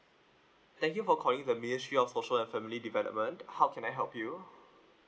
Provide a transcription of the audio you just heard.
thank you for calling the ministry of social and family development how can I help you